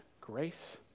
grace